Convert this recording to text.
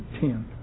ten